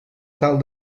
tal